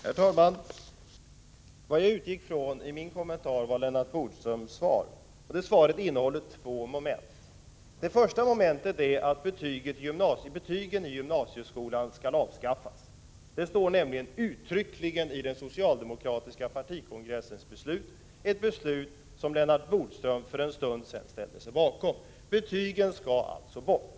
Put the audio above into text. Herr talman! Vad jag utgick från i min kommentar var Lennart Bodströms svar. Det innehåller två moment. Det första momentet är att betygen i gymnasieskolan skall avskaffas. Det står nämligen uttryckligen i den socialdemokratiska partikongressens beslut, ett beslut som Lennart Bodström för en stund sedan ställde sig bakom. Betygen skall alltså bort.